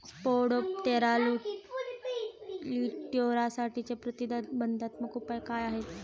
Spodoptera लिट्युरासाठीचे प्रतिबंधात्मक उपाय काय आहेत?